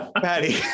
Patty